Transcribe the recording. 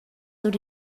sut